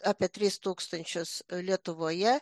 apie tris tūkstančius lietuvoje